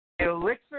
Elixir